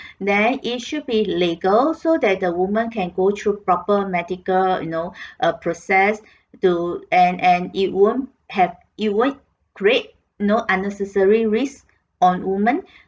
then it should be legal so that the woman can go through proper medical you know a process to and and it won't have it won't create you know unnecessary risks on women